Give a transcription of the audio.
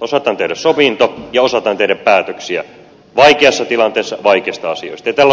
osataan tehdä sovinto ja osataan tehdä päätöksiä vaikeassa tilanteessa vaikeista asioista ja tällä on jo itseisarvo